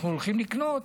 כשאנחנו הולכים לקנות,